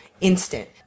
instant